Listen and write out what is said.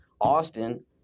Austin